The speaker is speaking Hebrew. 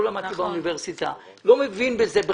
לא למדתי באוניברסיטה ואני לא מבין בזה.